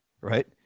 right